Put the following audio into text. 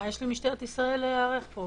מה יש למשטרת ישראל להיערך פה?